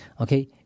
okay